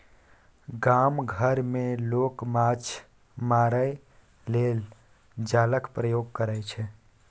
गाम घर मे लोक माछ मारय लेल जालक प्रयोग करय छै